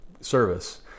service